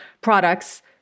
products